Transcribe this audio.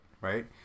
right